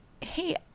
hey